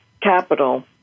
capital